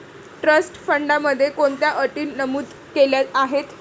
Trust फंडामध्ये कोणत्या अटी नमूद केल्या आहेत?